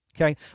okay